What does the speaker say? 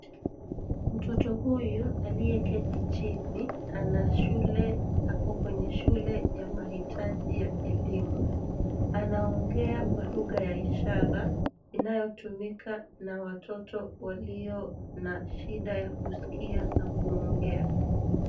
Mtoto huyu aliye keti chini ako kwenye shule ya mahitaji ya elimu. Anaongea kwa lugha ya ishara inayo tumika na watoto walio na shida ya kusikia na kuongea.